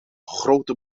grote